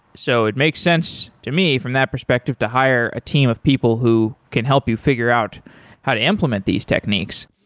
so it makes sense to me from that perspective to hire a team of people who can help you figure out how to implement these techniques.